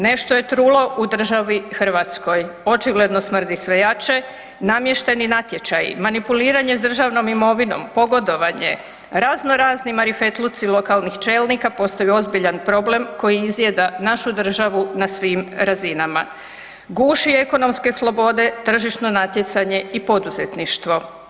Nešto je trulo u državi Hrvatskoj, očigledno smrdi sve jače, namješteni natječaji, manipuliranje s državnom imovinom, pogodovanje, razno razni marifetluci lokalnih čelnika postaju ozbiljan problem koji izjeda našu državu na svim razinama, guši ekonomske slobode, tržišno natjecanje i poduzetništvo.